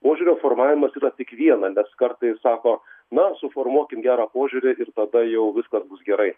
požiūrio formavimas yra tik viena nes kartais sako na suformuokim gerą požiūrį ir tada jau viskas bus gerai